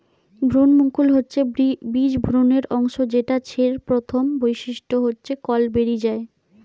ভ্রূণমুকুল হচ্ছে বীজ ভ্রূণের অংশ যেটা ছের প্রথম বৈশিষ্ট্য হচ্ছে কল বেরি যায়